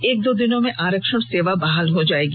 एक दो दिनों में आरक्षण सेवा बहाल हो जाएगी